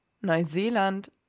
Neuseeland